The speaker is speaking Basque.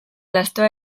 lastoa